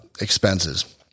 expenses